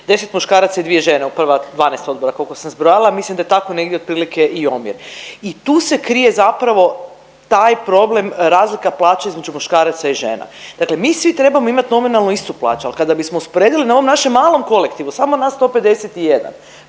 10 muškaraca i dvije žene u prva 12 odbora kolko sam zbrojala, mislim da je tako negdje otprilike i omjer. I tu se krije zapravo taj problem razlika plaća između muškaraca i žena, dakle mi svi trebamo imati nominalnu istu plaću, ali kada bismo usporedili na ovom našem malom kolektivu samo nas 151,